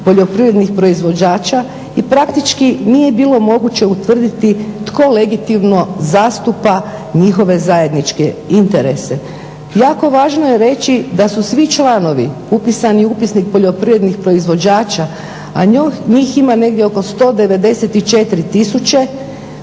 poljoprivrednih proizvođača i praktički nije bilo moguće utvrditi tko legitimno zastupa njihove zajedničke interese. Jako važno je reći da su svi članovi upisani u Upisnik poljoprivrednih proizvođača, a njih ima negdje oko 194000,